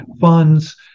funds